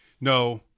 No